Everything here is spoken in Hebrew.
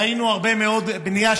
ראינו הרבה מאוד בנייה.